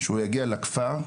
שהוא יגיע לכפר,